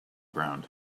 ground